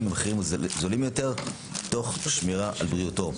במחירים זולים יותר תוך שמירה על בריאותו.